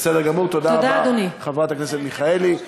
בסדר גמור, תודה רבה, חברת הכנסת מיכאלי.